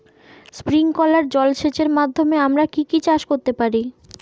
Sprinkler জলসেচের মাধ্যমে আমরা কি কি চাষ করতে পারি?